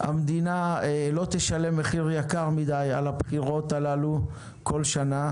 שהמדינה לא תשלם מחיר יקר מדי על הבחירות הללו כל שנה.